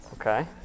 Okay